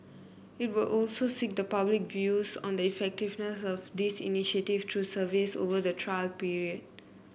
it will also seek the public views on the effectiveness of this initiative through surveys over the trial period